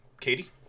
Katie